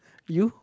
you